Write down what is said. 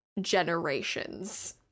generations